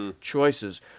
choices